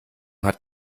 hat